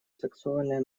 сексуальное